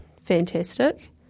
fantastic